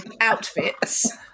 outfits